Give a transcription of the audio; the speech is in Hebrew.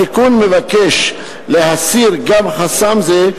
התיקון מבקש להסיר גם חסם זה,